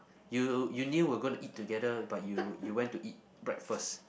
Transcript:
you you knew we're gonna eat together but you you went to eat breakfast